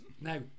now